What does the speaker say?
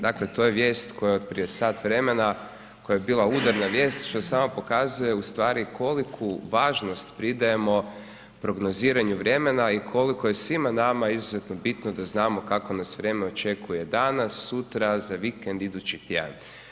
Dakle, to je vijest koja je prije sat vremena, koja je bila udarna vijest, što samo pokazuje u stvari, koliko važnost pridajemo prognoziranju vremena i koliko je svima nama izuzetno bitno da znamo kakvo nas vrijeme očekuje danas, sutra, za vikend, idući tjedan.